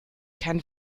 keinen